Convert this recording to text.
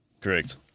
Correct